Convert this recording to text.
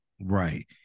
Right